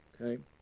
Okay